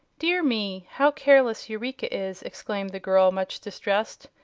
dear me! how careless eureka is, exclaimed the girl, much distressed.